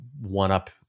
one-up